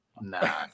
Nah